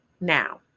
Now